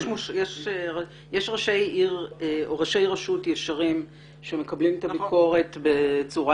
יש ראשי עיר או ראשי רשות ישרים שמקבלים את הביקורת בצורה